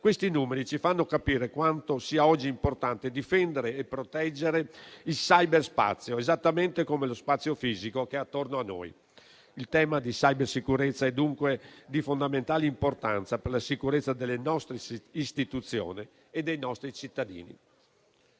Questi numeri ci fanno capire quanto sia oggi importante difendere e proteggere il cyberspazio esattamente come lo spazio fisico che è attorno a noi. Il tema di cybersicurezza è dunque di fondamentale importanza per la sicurezza delle nostre istituzioni e dei nostri cittadini.